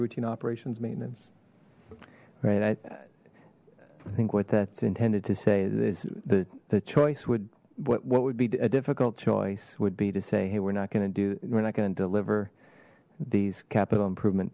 routine operations maintenance rainy night i think what that's intended to say this is the the choice would what would be a difficult choice would be to say hey we're not going to do we're not going to deliver these capital improvement